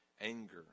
anger